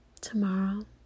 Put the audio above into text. tomorrow